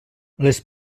les